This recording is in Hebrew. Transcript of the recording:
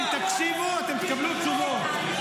אם תקשיבו אתם תקבלו תשובות.